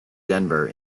denver